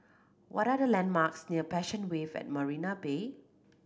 what are the landmarks near Passion Wave at Marina Bay